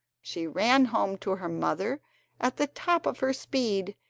she ran home to her mother at the top of her speed,